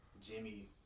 Jimmy